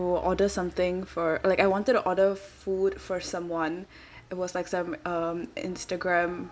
order something for like I wanted to order food for someone it was like some um Instagram